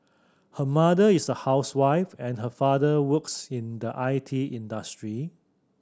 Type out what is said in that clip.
her mother is a housewife and her father works in the I T industry